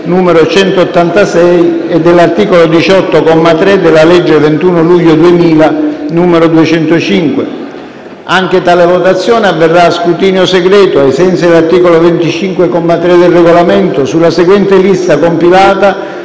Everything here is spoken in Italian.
n. 186, e dell'articolo 18, comma 3, della legge 21 luglio 2000, n. 205. Tale votazione avverrà a scrutinio segreto, ai sensi dell'articolo 25, comma 3, del Regolamento, sulla seguente lista compilata